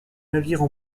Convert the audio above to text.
navires